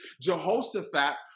Jehoshaphat